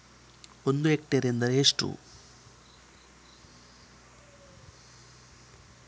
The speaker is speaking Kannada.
ಒಂದು ಹೆಕ್ಟೇರ್ ಎಂದರೆ ಎಷ್ಟು?